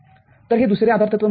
तर हे दुसरे आधारतत्वआहे